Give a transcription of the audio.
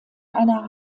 einer